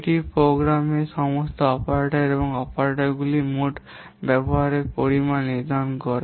এটি প্রোগ্রামের সমস্ত অপারেটর এবং অপারেটরগুলির মোট ব্যবহারের পরিমাণ নির্ধারণ করে